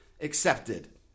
accepted